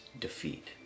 defeat